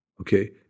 Okay